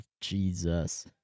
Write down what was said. Jesus